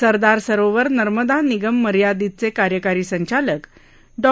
सरदार सरोवर नर्मदा निगम मर्यादितचे कार्यकारी संचालक डॉ